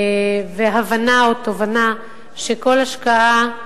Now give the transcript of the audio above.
והבנה או תובנה שכל השקעה,